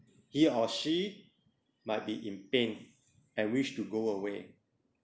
he or she might be in pain and wish to go away